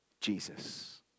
Jesus